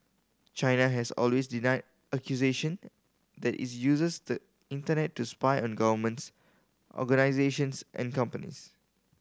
China has always denied accusation that it uses the Internet to spy on governments organisations and companies